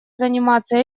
заниматься